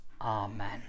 Amen